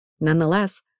Nonetheless